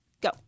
Go